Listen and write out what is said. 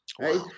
right